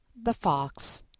the fox,